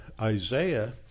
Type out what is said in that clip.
Isaiah